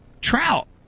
trout